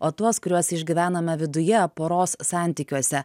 o tuos kuriuos išgyvename viduje poros santykiuose